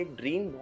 dream